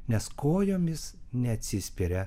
nes kojomis neatsispiria